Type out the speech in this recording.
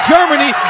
Germany